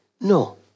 No